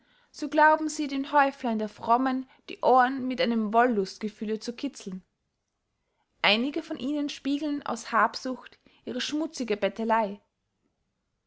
so glauben sie dem häuflein der frommen die ohren mit einem wollustsgefühle zu kitzeln einige von ihnen spiegeln aus habsucht ihre schmutzige betteley